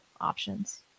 options